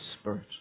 spirit